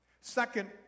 Second